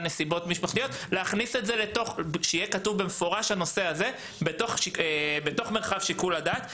נסיבות משפחתיות כך שיהיה כתוב במפורש הנושא הזה בתוך מרחב שיקול הדעת.